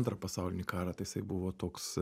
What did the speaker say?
antrą pasaulinį karą tai jisai buvo toks